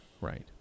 Right